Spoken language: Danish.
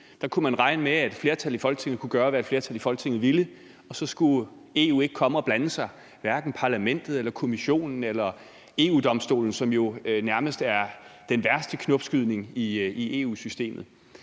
Man kunne regne med, at et flertal i Folketinget kunne gøre, hvad et flertal i Folketinget ville, og så skulle EU ikke komme og blande sig, hverken EU-Parlamentet eller Kommissionen eller EU-Domstolen, som jo nærmest er den værste knopskydning i EU-systemet.